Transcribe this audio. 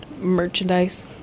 merchandise